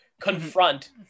Confront